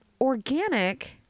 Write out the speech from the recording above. Organic